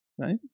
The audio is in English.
right